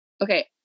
Okay